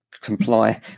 comply